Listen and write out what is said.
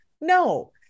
no